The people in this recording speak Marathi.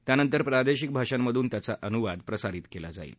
त्यानंतर प्रादेशिक भाषांमधून त्याचा अनुवाद प्रसारित केला जाईल